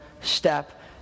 step